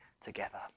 together